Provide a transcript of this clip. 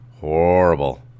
horrible